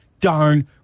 darn